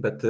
bet